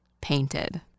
painted